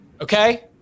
Okay